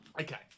Okay